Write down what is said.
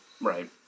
Right